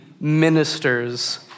ministers